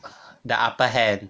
the upper hand